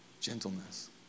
Gentleness